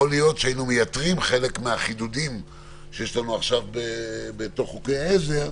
יכול להיות שהיינו מייתרים חלק מהחידודים שיש לנו עכשיו בתור חוקי עזר,